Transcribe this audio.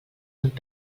amb